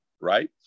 right